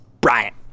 Bryant